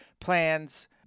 plans